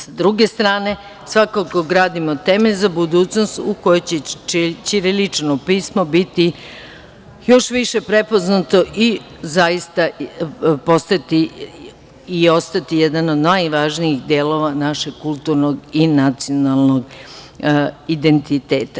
S druge strane, svakako gradimo temelj za budućnost u kojoj će ćirilično pismo biti još više prepoznato i zaista postati i ostati jedan od najvažnijih delova našeg kulturnog i nacionalnog identiteta.